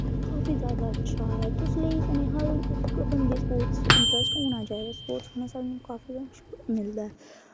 काफी जैदा अच्छा ऐ तुस लेई सकने हर इक बंदे दे स्पोर्टस च इंटरैस्ट होना चाहिदा स्पोर्टस कन्नै साह्नूं काफी किश मिलदा ऐ